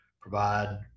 provide